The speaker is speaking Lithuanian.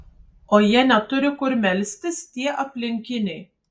o jie neturi kur melstis tie aplinkiniai